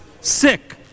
sick